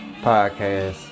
Podcast